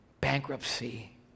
bankruptcy